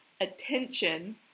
attention